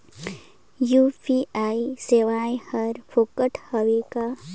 UPI सेवाएं हर फोकट हवय का?